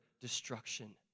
destruction